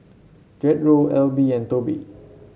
Jethro Alby and Tobe